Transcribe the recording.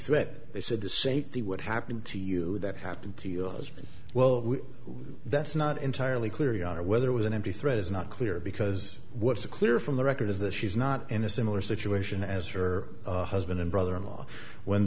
threat they said the safety what happened to you that happened to you as well that's not entirely clear your honor whether it was an empty threat is not clear because what's clear from the record of the she's not in a similar situation as her husband and brother in law when